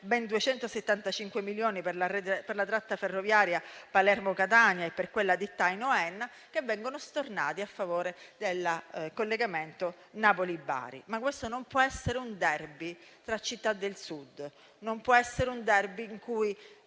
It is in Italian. (ben 275 milioni) per la tratta ferroviaria Palermo-Catania e per quella Dittaino-Enna, che vengono stornati a favore del collegamento Napoli-Bari. Questo non può essere un *derby* tra città del Sud; non può essere un *derby* in cui